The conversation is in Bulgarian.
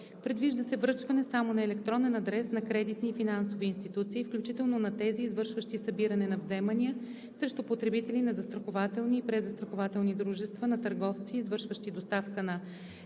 Предвижда се връчване само на електронен адрес на кредитни и финансови институции, включително на тези, извършващи събиране на вземания срещу потребители, на застрахователни и презастрахователни дружества, на търговци, извършващи доставка на енергия